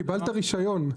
קיבלת רישיון,